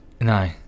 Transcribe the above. no